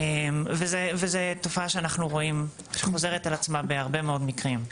וזה תופעה שאנחנו רואים שחוזרת על עצמה בהרבה מאוד מקרים.